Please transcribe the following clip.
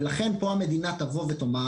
ולכן פה המדינה תבוא ותאמר,